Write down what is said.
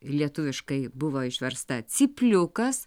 lietuviškai buvo išversta cypliukas